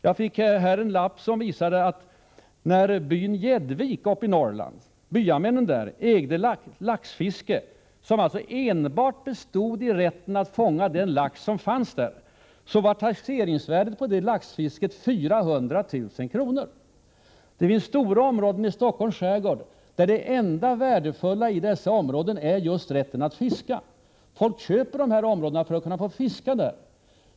Jag fick nyss en lapp med påminnelse om byamännen i Gäddvik i Norrland, vilka ägde rätten till laxfiske — dvs. enbart rätten att fånga den lax som fanns där — och fick ett taxeringsvärde på 400 000 kr. påsatt på denna rätt. Det finns stora områden i Stockholms skärgård där det enda värdefulla är just rätten att fiska. Folk köper dessa områden för att få möjlighet att fiska där.